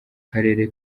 karere